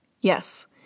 Yes